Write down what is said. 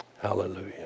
Hallelujah